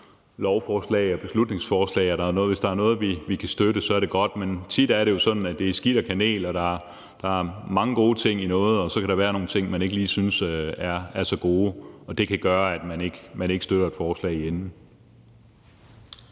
lovforslag og beslutningsforslag, og hvis det er noget, vi kan støtte, er det godt. Men det er jo tit sådan, at der både er skidt og kanel. Der kan være mange gode ting i det, men så kan der også være nogle ting, som man ikke lige synes er så gode, som kan gøre, at man ikke i den sidste ende